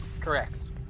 Correct